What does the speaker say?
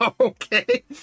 Okay